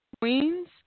queens